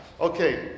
Okay